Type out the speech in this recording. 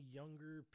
younger